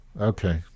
okay